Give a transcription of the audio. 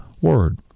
word